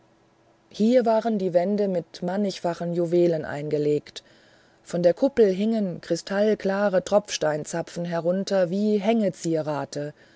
hier waren die wände mit mannigfachen juwelen eingelegt von der kuppel hingen kristallklare tropfsteinzapfen herunter wie